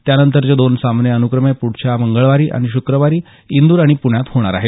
त्यानंतरचे दोन सामने अनुक्रमे पुढच्या मंगळवारी आणि शुक्रवारी इंदूर आणि पुण्यात होणार आहेत